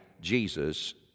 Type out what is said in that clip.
Jesus